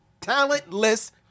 Talentless